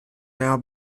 now